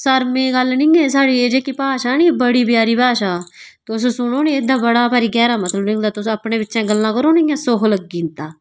शरमै दी गल्ल निं ऐ साढ़ी एह् जेह्की भाशा नी एह् बड़ी प्यारी भाशा ऐ तुस सुनो नेईं एह्दा बड़ा भारी गैह्रा मतलब निकलदा तुस अपने बिचें गल्लां करो नी इ'यां सुख लग्गी जंदा